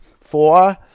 four